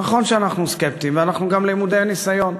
נכון שאנחנו סקפטים, ואנחנו גם למודי ניסיון.